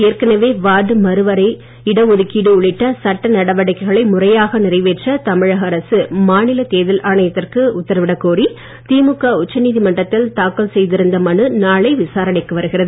ஏற்கனவே வார்டு மறுவரையறை இடஒதுக்கீடு உள்ளிட்ட சட்ட நடவடிக்கைகளை முறையாக நிறைவேற்ற தமிழக அரசு மாநில தேர்தல் ஆணையத்திற்கு உத்தரவிட கோரி திமுக உச்சநீதிமன்றத்தில் தாக்கல் செய்திருந்த மனு நாளை விசாரணைக்கு வருகிறது